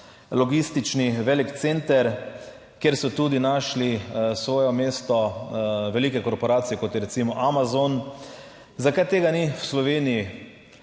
logistični velik center, kjer so tudi našli svoje mesto velike korporacije, kot je recimo Amazon. Zakaj tega ni v Sloveniji?